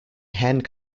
hand